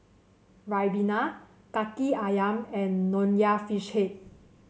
ribena kaki ayam and Nonya Fish Head